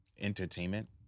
Entertainment